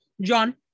John